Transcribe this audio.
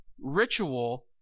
ritual